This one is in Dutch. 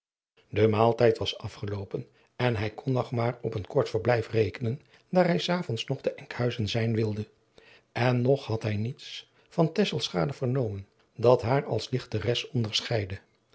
de maaltijd was afgeloopen en hij kon nog maar op een kort verblijf rekenen daar hij s avonds nog te enkhuizen zijn wilde en nog had hij niets van tesselschade vernomen dat haar als dichteres onderscheidde